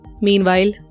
Meanwhile